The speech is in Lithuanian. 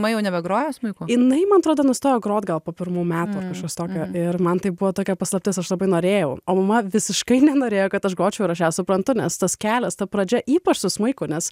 man jau nebegroja smuiko jinai man atrodo nustojo groti gal po pirmų metų ar kažkas tokio ir man tai buvo tokia paslaptis aš labai norėjau o mama visiškai nenorėjo kad aš gročiau ir aš ją suprantu nes tas kelias ta pradžia ypač su smuiko nes